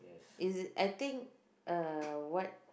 is it I think uh what